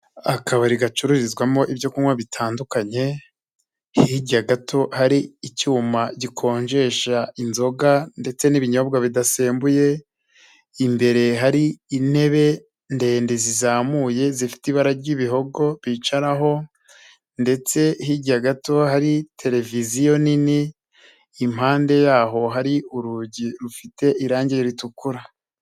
Akabari gacururizwamo ibyo kunywa bitandukanye hirya gato hari icyuma gikonjesha inzoga ndetse n'ibinyobwa bidasembuye, imbere hari intebe ndende zizamuye zifite ibara ry'ibihogo bicaraho ndetse hirya gato hari televiziyo nini, impande yaho hari urugi rufite irangi ritukura.